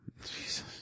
Jesus